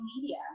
media